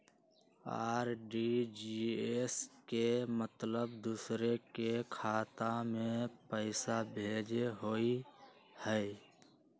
RTGS के मतलब दूसरे के खाता में पईसा भेजे होअ हई?